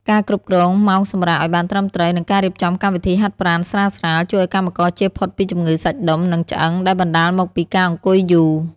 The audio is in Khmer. ការគ្រប់គ្រងម៉ោងសម្រាកឱ្យបានត្រឹមត្រូវ និងការរៀបចំកម្មវិធីហាត់ប្រាណស្រាលៗ ជួយឱ្យកម្មករជៀសផុតពីជំងឺសាច់ដុំ និងឆ្អឹងដែលបណ្ដាលមកពីការអង្គុយយូរ។